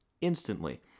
instantly